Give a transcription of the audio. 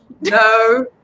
no